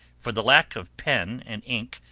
for the lack of pen and ink,